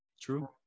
True